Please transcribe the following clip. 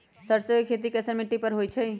सरसों के खेती कैसन मिट्टी पर होई छाई?